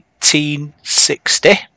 1860